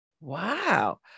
Wow